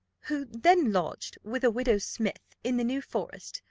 who then lodged with a widow smith, in the new forest.